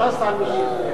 הכרזת על מישהי.